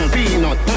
Peanut